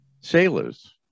sailors